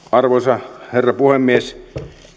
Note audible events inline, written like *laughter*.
*unintelligible* arvoisa herra puhemies